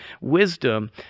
wisdom